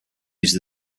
uses